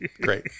Great